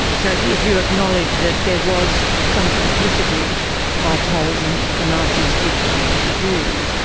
so if you if you acknowledge that there was some complicity by poles in what the nazis did to the jews,